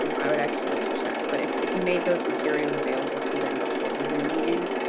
um i would actually have to check. but, if if you made those materials available to them before the zoom meeting,